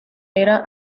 era